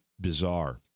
bizarre